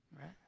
right